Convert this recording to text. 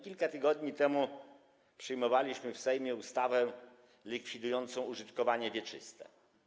Kilka tygodni temu przyjmowaliśmy w Sejmie ustawę likwidującą użytkowanie wieczyste.